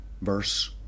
verse